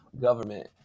government